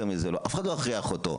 יותר מזה לא אף אחד לא יכריח אותו.